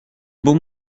bon